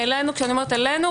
כשאני אומרת אלינו,